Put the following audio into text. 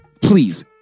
please